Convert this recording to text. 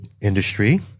industry